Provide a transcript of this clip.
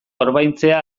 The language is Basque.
orbaintzea